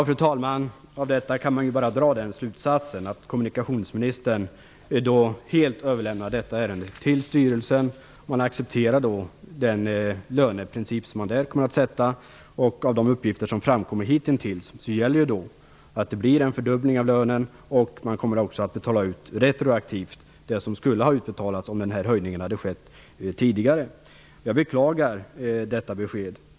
Fru talman! Av detta kan man bara dra den slutsatsen att kommunikationsministern helt överlämnar detta ärende till styrelsen. Hon accepterar då den löneprincip som man där kommer att ha. Av de uppgifter som har framkommit hitintills gäller då att det blir en fördubbling av lönen. Dessutom kommer den lön som skulle ha utbetalats om den här höjningen hade skett tidigare att betalas ut retroaktivt. Jag beklagar detta besked.